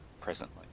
presently